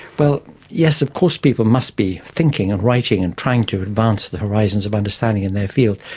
well, yes, of course people must be thinking and writing and trying to advance the horizons of understanding in their field,